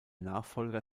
nachfolger